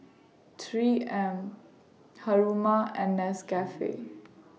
three M Haruma and Nescafe